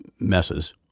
messes